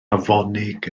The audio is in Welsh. afonig